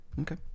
Okay